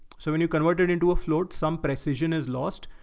so when you convert it into a float, some precision is lost,